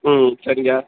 ம் சரிங்க